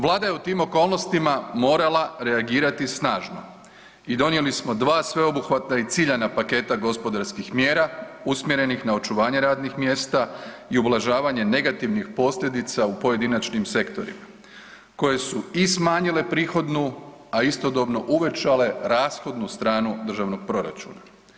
Vlada je u tim okolnostima morala reagirati snažno i donijeli smo dva sveobuhvatna i ciljana paketa gospodarskih mjera usmjerenih na očuvanje radnih mjesta i ublažavanje negativnih posljedica u pojedinačnim sektorima koje su i smanjile prihodnu, a istodobno uvećale rashodnu stranu državnog proračuna.